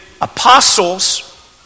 apostles